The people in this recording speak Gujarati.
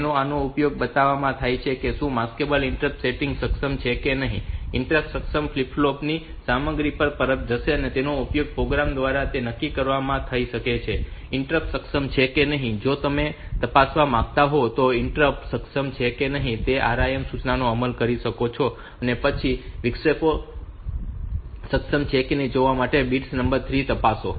તેથી આનો ઉપયોગ એ બતાવવા માટે થાય છે કે શું માસ્કેબલ ઇન્ટરપ્ટ પ્રોસેસિંગ સક્ષમ છે કે નહીં તે ઇન્ટરપ્ટ સક્ષમ ફ્લિપ ફ્લોપ ની સામગ્રી પરત કરશે અને તેનો ઉપયોગ પ્રોગ્રામ દ્વારા તે નક્કી કરવા માટે થઈ શકે છે કે ઇન્ટરપ્ટ્સ સક્ષમ છે કે નહીં અને જો તમે એ તપાસવા માંગતા હોવ કે ઇન્ટરપ્ટ્સ સક્ષમ છે કે નહીં તો તમે RIM સૂચનાનો અમલ કરી શકો છો અને પછી વિક્ષેપો સક્ષમ છે કે કેમ તે જોવા માટે તેનો બીટ નંબર 3 તપાસો